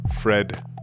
Fred